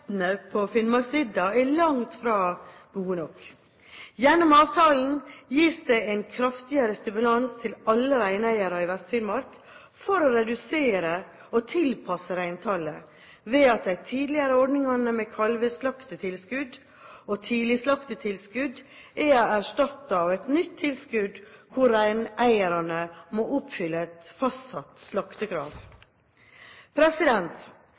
lavbeitene på Finnmarksvidda er langt fra god nok. Gjennom avtalen gis det en kraftigere stimulans til alle reineiere i Vest-Finnmark for å redusere og tilpasse reintallet ved at de tidligere ordningene med kalveslaktetilskudd og tidligslaktetilskudd er erstattet av et nytt tilskudd hvor reineierne må oppfylle et fastsatt